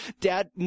dad